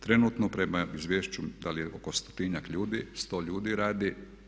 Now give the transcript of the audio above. Trenutno prema izvješću da li je oko stotinjak ljudi, 100 ljudi radi.